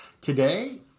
Today